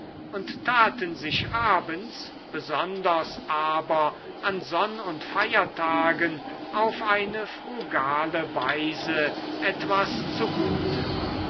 und taten sich abends besonders aber an sonn und feiertagen auf eine frugale weise etwas zugute